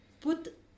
Put